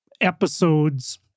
episodes